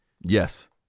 Yes